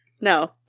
no